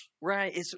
Right